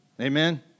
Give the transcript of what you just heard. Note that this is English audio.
Amen